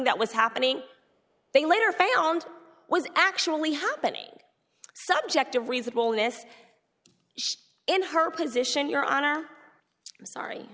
that was happening they later found was actually happening subject of reasonableness in her position your honor i'm sorry